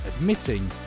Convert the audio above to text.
admitting